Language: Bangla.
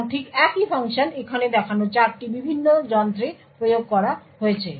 এবং ঠিক একই ফাংশন এখানে দেখানো 4টি ভিন্ন যন্ত্রে প্রয়োগ করা হয়েছে